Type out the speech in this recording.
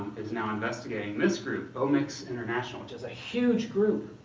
is now investigating this group omics international, which is a huge group.